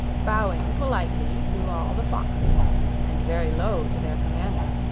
bowing politely to all the foxes and very low to their commander.